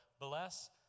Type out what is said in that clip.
Bless